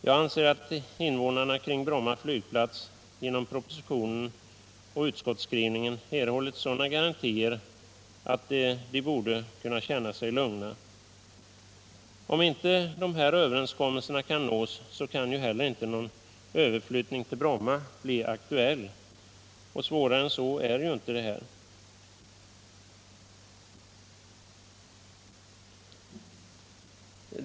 Jag anser att invånarna kring Bromma flygplats genom propositionen och utskottsskrivningen erhållit sådana garantier att de borde kunna känna sig lugnare. Om inte dessa överenskommelser kan nås kan ju heller inte någon återflyttning till Bromma bli aktuell — svårare än så är det inte.